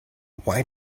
why